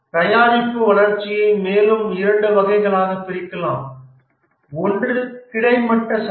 தயாரிப்பு வளர்ச்சியை மேலும் இரண்டு வகைகளாகப் பிரிக்கலாம் ஒன்று கிடைமட்ட சந்தை